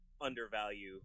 undervalue